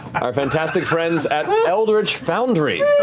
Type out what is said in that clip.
our fantastic friends at eldritch foundry.